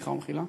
סליחה ומחילה,